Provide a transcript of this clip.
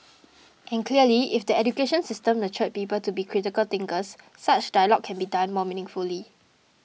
and clearly if the education system nurtured people to be critical thinkers such dialogue can be done more meaningfully